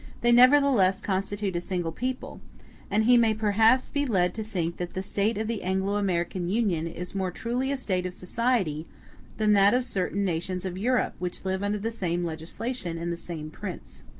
they nevertheless constitute a single people and he may perhaps be led to think that the state of the anglo-american union is more truly a state of society than that of certain nations of europe which live under the same legislation and the same prince.